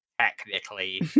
technically